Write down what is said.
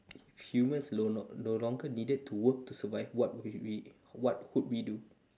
humans no longer no longer need to work to survive what would we what would we do